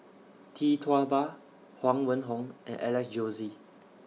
Tee Tua Ba Huang Wenhong and Alex Josey